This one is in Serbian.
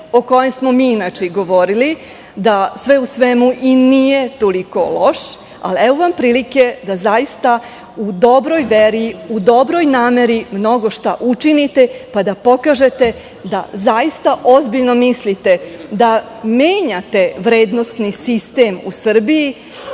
o kojem smo mi inače govorili, da sve u svemu i nije toliko loš, ali evo vam prilike da zaista u dobroj nameri mnogo šta učinite, pa da pokažete da zaista ozbiljno mislite da menjate vrednosni sistem u Srbiji,